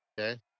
Okay